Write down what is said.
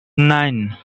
nine